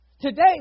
Today